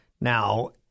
Now